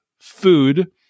food